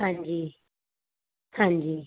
ਹਾਂਜੀ ਹਾਂਜੀ